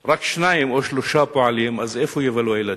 רק שניים או שלושה פועלים, אז איפה יבלו הילדים?